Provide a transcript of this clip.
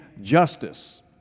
Justice